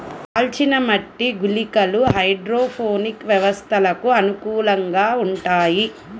కాల్చిన మట్టి గుళికలు హైడ్రోపోనిక్ వ్యవస్థలకు అనుకూలంగా ఉంటాయి